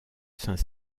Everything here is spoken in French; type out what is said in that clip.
saint